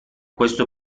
questo